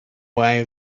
way